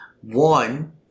one